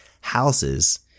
houses